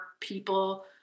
people